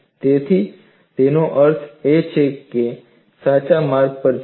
તેથી તેનો અર્થ એ છે કે આપણે સાચા માર્ગ પર છીએ